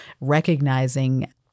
recognizing